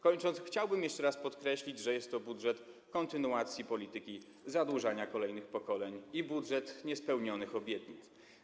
Kończąc, chciałbym jeszcze raz podkreślić, że jest to budżet kontynuacji polityki zadłużania kolejnych pokoleń i budżet niespełnionych obietnic.